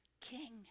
king